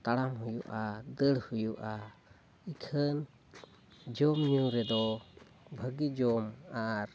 ᱛᱟᱲᱟᱢ ᱦᱩᱭᱩᱜᱼᱟ ᱫᱟᱹᱲ ᱦᱩᱭᱩᱜᱼᱟ ᱤᱠᱷᱟᱹᱱ ᱡᱚᱢᱼᱧᱩ ᱨᱮᱫᱚ ᱵᱷᱟᱹᱜᱤ ᱡᱚᱢ ᱟᱨ